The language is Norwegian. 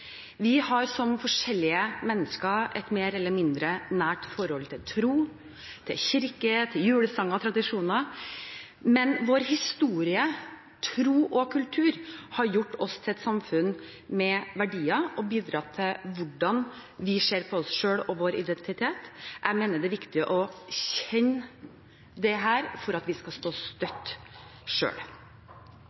Vi har som forskjellige mennesker et mer eller mindre nært forhold til tro, kirke, julesanger og tradisjoner. Men vår historie, tro og kultur har gjort oss til et samfunn med verdier og bidratt til hvordan vi ser på oss selv og vår identitet. Jeg mener det er viktig å kjenne dette for at vi skal stå støtt